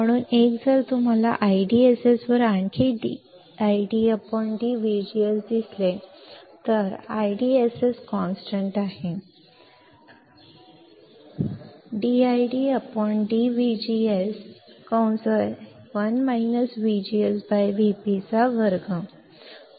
म्हणून 1 जर तुम्हाला IDSS वर आणखी dID dVGS दिसले IDSS स्थिर आहे dID dVGS 1 VGS Vp 2